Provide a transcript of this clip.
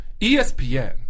ESPN